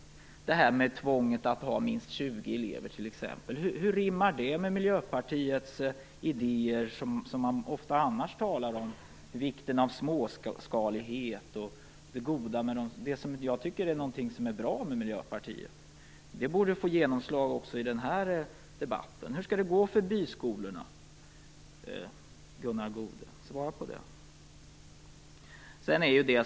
Hur rimmar t.ex. tvånget att ha minst 20 elever med de av Miljöpartiets idéer som man ofta talar om annars, t.ex. vikten av småskalighet - något som jag tycker är bra med Miljöpartiet? Detta borde få genomslag också i den här debatten. Hur skall det gå för byskolorna, Gunnar Goude? Svara på det.